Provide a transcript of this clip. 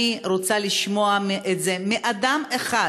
אני רוצה לשמוע את זה מאדם אחד,